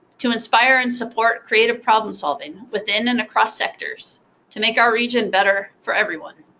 to inspire and support creative problem-solving within and across sectors to make our region better for everyone.